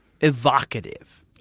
evocative